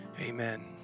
Amen